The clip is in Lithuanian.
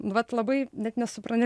vat labai net nesupran